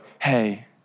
Hey